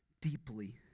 deeply